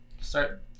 Start